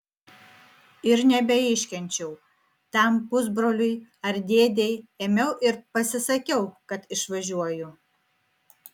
ir nebeiškenčiau tam pusbroliui ar dėdei ėmiau ir pasisakiau kad išvažiuoju